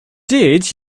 did